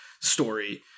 story